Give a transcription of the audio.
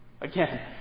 Again